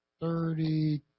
thirty